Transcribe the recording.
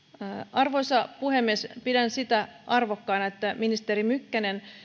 arvoisa puhemies pidän arvokkaana sitä että ministeri mykkänen